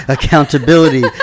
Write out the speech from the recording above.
Accountability